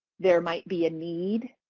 there might be a need.